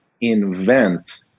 invent